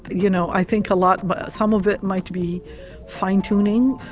you know i think a lot but some of it might be fine tuning,